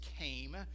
came